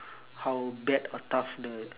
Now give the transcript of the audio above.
how bad or tough the